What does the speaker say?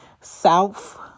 south